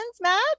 Matt